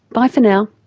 bye for now